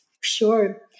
Sure